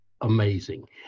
amazing